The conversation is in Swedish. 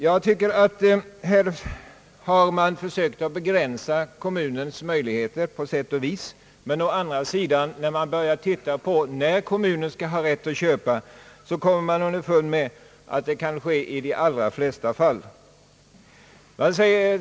På sätt och vis begränsas kommunens möjligheter, men då man å andra sidan ser på när kommunen skall ha rätt att köpa, kommer man underfund med att det kan ske i de allra flesta fall.